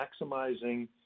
maximizing